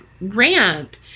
ramp